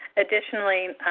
additionally,